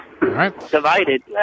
Divided